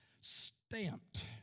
stamped